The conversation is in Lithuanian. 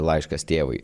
laiškas tėvui